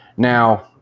Now